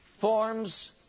forms